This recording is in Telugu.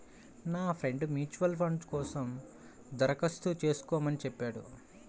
నా ఫ్రెండు మ్యూచువల్ ఫండ్ కోసం దరఖాస్తు చేస్కోమని చెప్పాడు